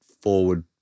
forward